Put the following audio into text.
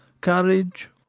courage